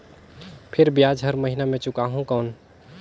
फिर ब्याज हर महीना मे चुकाहू कौन?